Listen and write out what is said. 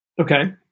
Okay